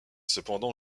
cependant